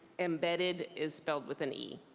embedded is spelled with an e.